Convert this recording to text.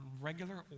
regular